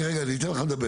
אני אתן לך לדבר